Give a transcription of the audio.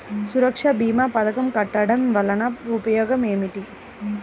సురక్ష భీమా పథకం కట్టడం వలన ఉపయోగం ఏమిటి?